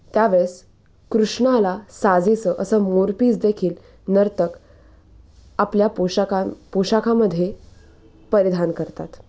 त्यावेळेस कृष्णाला साजेसं असं मोरपीस देखील नर्तक आपल्या पोषाखां पोशाखामध्ये परिधान करतात